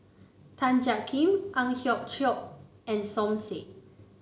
Tan Jiak Kim Ang Hiong Chiok and Som Said